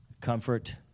Comfort